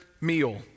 meal